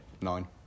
Nine